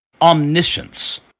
omniscience